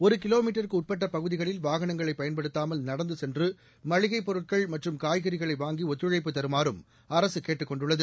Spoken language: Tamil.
ஒரு கிலோமீட்டருக்கு உட்பட்ட பகுதிகளில் வாகனங்களை பயன்படுத்தாமல் நடந்து சென்று மளிகைப் பொருட்கள் மற்றும் காய்கறிகளை வாங்கி ஒத்துழைப்பு தருமாறும் அரசு கேட்டுக் கொண்டுள்ளது